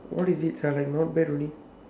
what is it ah like not bad only